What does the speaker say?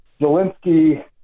Zelensky